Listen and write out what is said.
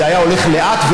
וזה היה הולך לאט,